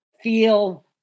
feel